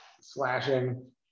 slashing